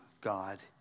God